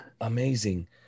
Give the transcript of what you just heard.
Amazing